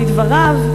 לדבריו,